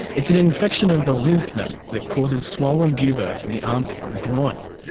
it's an infection of the lymph nodes that causes swollen buboes in the armpit and groin.